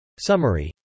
Summary